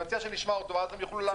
מציע שנשמע אותו ואז הם יוכלו לענות.